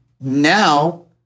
now